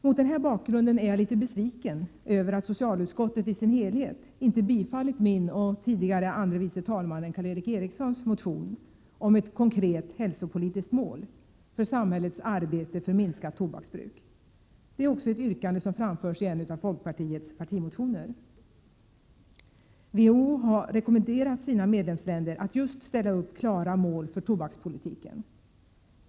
Mot den här bakgrunden är jag litet besviken över att socialutskottet i sin helhet inte tillstyrkt min och tidigare andre vice talmannen Karl Erik Erikssons motion om ett konkret hälsopolitiskt mål för samhällets arbete för minskat tobaksbruk. Det är också ett yrkande som framförs i en av folkpartiets partimotioner. WHO har rekommenderat sina medlemsländer att just ställa upp klara mål för tobakspolitiken.